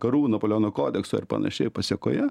karų napoleono kodekso ir panašiai pasekoje